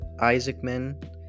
Isaacman